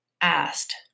asked